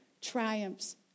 triumphs